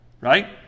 Right